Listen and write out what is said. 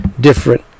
Different